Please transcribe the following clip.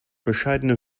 bescheidene